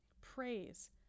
Praise